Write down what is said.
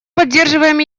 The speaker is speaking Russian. поддерживаем